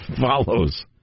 follows